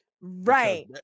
Right